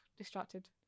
Distracted